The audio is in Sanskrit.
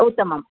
उत्तमम्